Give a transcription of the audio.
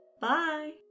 Bye